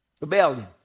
Rebellion